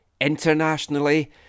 internationally